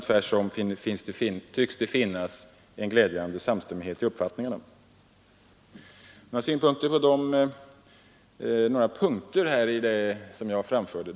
Tvärtom tycks det finnas en glädjande samstämmighet i uppfattningarna. Några synpunkter på en del detaljer i det som jag anförde.